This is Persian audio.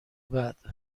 بعد